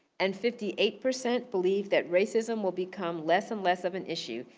and fifty eight percent believe that racism will become less and less of an issue,